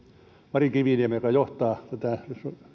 ma ri kiviniemi joka johtaa tätä